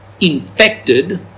infected